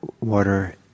water